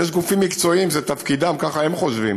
יש גופים מקצועיים, זה תפקידם, ככה הם חושבים,